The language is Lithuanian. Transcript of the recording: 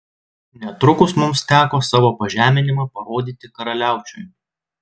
netrukus mums teko savo pažeminimą parodyti karaliaučiui